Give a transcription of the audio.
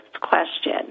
question